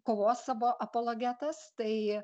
kovos savo apologetas tai